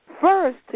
first